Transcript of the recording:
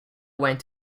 went